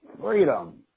freedom